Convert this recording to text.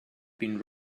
been